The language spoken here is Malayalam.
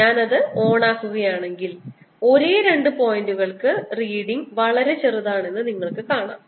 ഞാൻ അത് ഓണാക്കുകയാണെങ്കിൽ ഒരേ രണ്ട് പോയിന്റുകൾക്ക് റീഡിങ് വളരെ ചെറുതാണെന്ന് നിങ്ങൾ കാണുന്നു